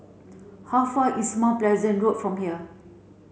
how far is Mount Pleasant Road from here